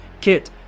kit